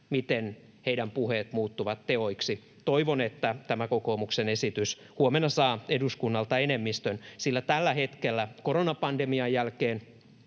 miten heidän puheensa muuttuvat teoiksi. Toivon, että tämä kokoomuksen esitys huomenna saa eduskunnalta enemmistön, sillä tällä hetkellä — koronapandemian jälkeen,